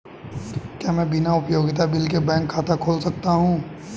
क्या मैं बिना उपयोगिता बिल के बैंक खाता खोल सकता हूँ?